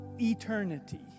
eternity